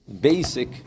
basic